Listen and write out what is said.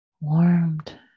warmed